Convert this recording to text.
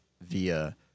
via